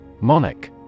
Monarch